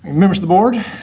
members of the board,